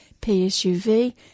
PSUV